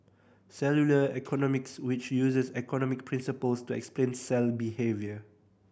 cellular economics which uses economic principles to explain cell behaviour